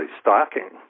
stalking